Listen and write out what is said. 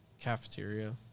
cafeteria